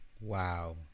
Wow